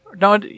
No